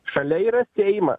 šalia yra seimas